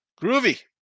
Groovy